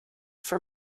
for